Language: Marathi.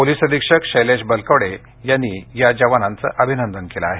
पोलिस अधीक्षक शैलेश बलकवडे यांनी या जवानांचं अभिनंदन केलं आहे